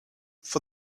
for